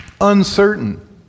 uncertain